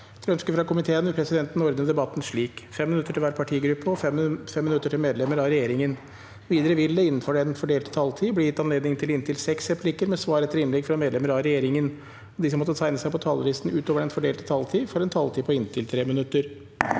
kommunikasjonskomiteen vil presidenten ordna debatten slik: 3 minutt til kvar partigruppe og 3 minutt til medlemer av regjeringa. Vidare vil det – innanfor den fordelte taletida – verta gjeve anledning til inntil fem replikkar med svar etter innlegg frå medlemer av regjeringa, og dei som måtte teikna seg på talarlista utover den fordelte taletida, får òg ei taletid på inntil 3 minutt.